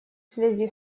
связи